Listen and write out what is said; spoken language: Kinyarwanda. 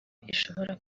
ishobora